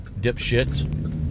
dipshits